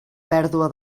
pèrdua